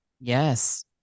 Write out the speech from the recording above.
Yes